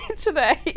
today